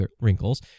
wrinkles